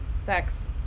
sex